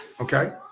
Okay